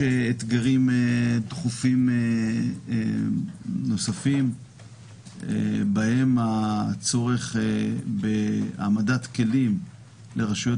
יש אתגרים דחופים נוספים שבהם הצורך בהעמדת כלים לרשויות